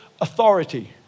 authority